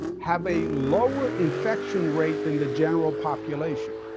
have a lower infection rate than the general population,